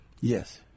Yes